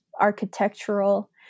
architectural